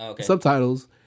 subtitles